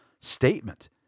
statement